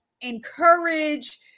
encourage